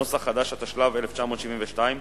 התשל"ב 1972,